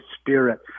spirit